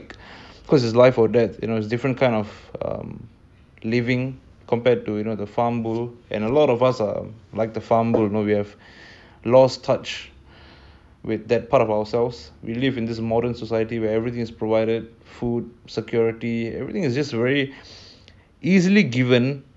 mmhmm it's just makes us has made us very very soft you know a lot of men lost touch with what it takes to be a man I mean look at ancient times almost all cultures you know men are warriors they're protectors of their tribe